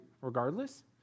regardless